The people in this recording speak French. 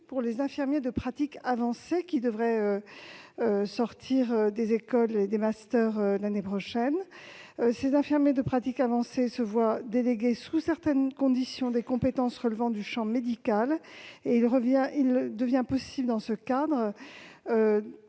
pour les infirmiers de pratique avancée qui devraient sortir des écoles et des masters l'année prochaine. Ces infirmiers de pratique avancée se voient déléguer, sous certaines conditions, des compétences relevant du champ médical. Dans ce cadre,